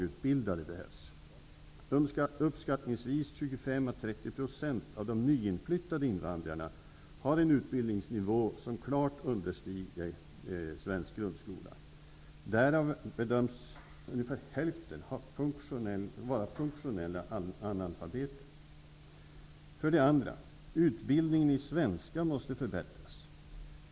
Uppskattningsvis 25--30 % av de nyinflyttade invandrarna har en utbildningsnivå som klart understiger svensk grundskola. Därav bedöms ungefär hälften vara funktionella analfabeter. 2. Utbildningen i svenska måste förbättras.